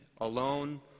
alone